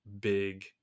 big